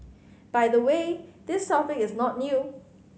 by the way this topic is not new